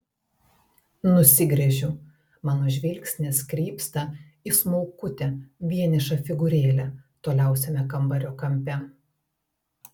nusigręžiu mano žvilgsnis krypsta į smulkutę vienišą figūrėlę toliausiame kambario kampe